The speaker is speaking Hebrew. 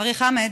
חברי חמד,